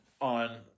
on